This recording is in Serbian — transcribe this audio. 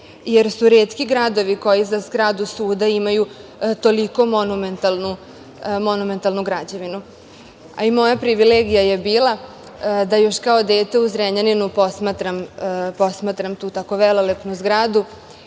jer su retki gradovi koji za zgradu suda imaju toliko monumentalnu građevinu. Moja privilegija je bila da još kao dete u Zrenjaninu posmatram tu tako velelepnu zgradu